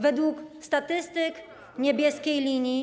Według statystyk Niebieskiej Linii.